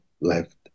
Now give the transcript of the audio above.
left